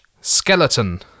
Skeleton